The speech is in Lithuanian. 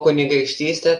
kunigaikštystė